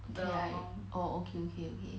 okay I orh okay okay